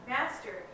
Master